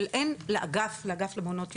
של אין לאגף למעונות יום,